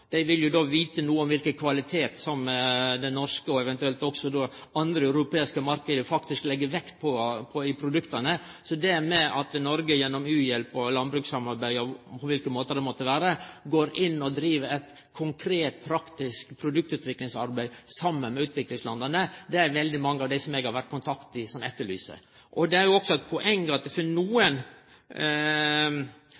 vil då vite noko om kva for kvalitet som norske og eventuelt andre europeiske marknader legg vekt på i produkta. Så det at Noreg gjennom u-hjelp og landbrukssamarbeid og på kva måte det måtte vere, går inn og driv eit konkret, praktisk produktutviklingsarbeid saman med utviklingslanda, er det veldig mange av dei som eg har vore i kontakt med, som etterlyser. For nokon i utviklingsland som driv med bl.a. landbruksvarer, er